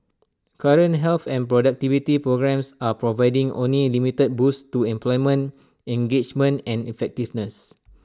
current health and productivity programmes are providing only limited boosts to employment engagement and effectiveness